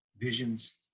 visions